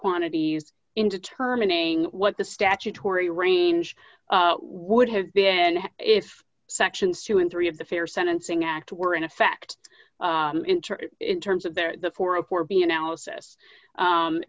quantities in determining what the statutory range would have been if sections two and three of the fair sentencing act were in effect inter in terms of the